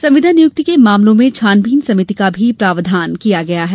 संविदा नियुक्ति के मामलों में छानबीन समिति का भी प्रावधान किया गया है